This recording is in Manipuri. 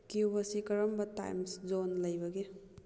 ꯀ꯭ꯌꯨꯞ ꯑꯁꯤ ꯀꯔꯝꯕ ꯇꯥꯏꯝꯁ ꯖꯣꯟ ꯂꯩꯕꯒꯦ